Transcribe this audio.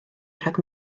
rhag